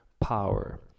power